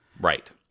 Right